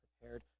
prepared